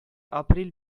апрель